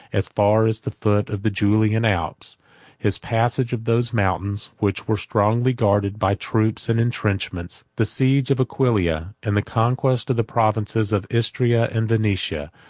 as far as the foot of the julian alps his passage of those mountains, which were strongly guarded by troops and intrenchments the siege of aquileia, and the conquest of the provinces of istria and venetia,